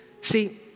See